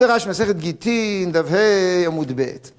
זה רעש מסכת גיטין, כ"ה, עמוד ב'